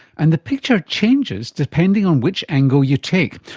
and the picture changes depending on which angle you take.